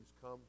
come